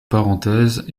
parenthèses